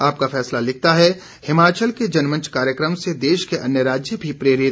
आपका फैसला लिखता है हिमाचल के जनमंच कार्यक्रम से देश के अन्य राज्य भी प्रेरित